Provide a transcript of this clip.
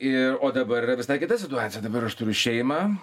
ir o dabar yra visai kita situacija dabar aš turiu šeimą